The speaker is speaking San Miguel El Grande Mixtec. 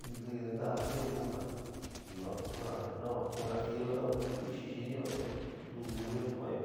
in ntɨɨ ka jatiún kuka chi yuan ku na va ku natinyó in ta'u ixi xinɨó, te ntuú luúyo te kua'anyo.